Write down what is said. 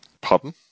Pardon